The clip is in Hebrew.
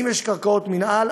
אם יש קרקעות מינהל,